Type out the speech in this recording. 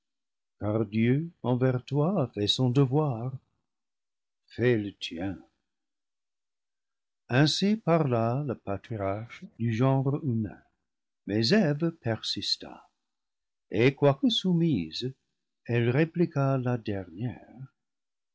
car dieu envers toi a fait son devoir fais le tien ainsi parla le patriarche du genre humain mais eve persista et quoique soumise elle répliqua la dernière